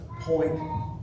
point